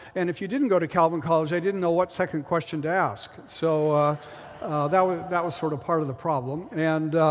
and if you didn't go to calvin college, they didn't know what second question to ask, so that was that was sort of part of the problem. and,